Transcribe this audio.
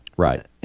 Right